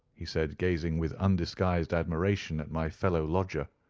he said, gazing with undisguised admiration at my fellow-lodger.